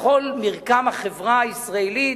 בכל מרקם החברה הישראלית,